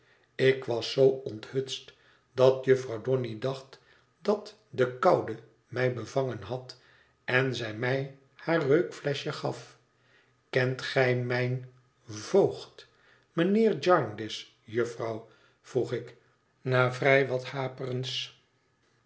ik was zoo onthutst dat jufvrouw donny dacht dat de koude mij bevangen had en zij mij haar reukfleschje gaf kent gij mijn voogd mijnheer jarndyce jufvrouw vroeg ik na vrij wat haperens